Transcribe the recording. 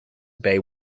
bay